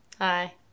Hi